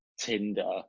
Tinder